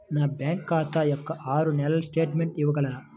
నా బ్యాంకు ఖాతా యొక్క ఆరు నెలల స్టేట్మెంట్ ఇవ్వగలరా?